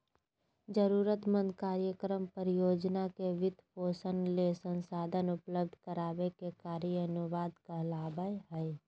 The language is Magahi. जरूरतमंद कार्यक्रम, परियोजना के वित्तपोषण ले संसाधन उपलब्ध कराबे के कार्य अनुदान कहलावय हय